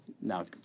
Now